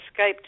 Skyped